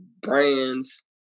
brands